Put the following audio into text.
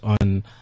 on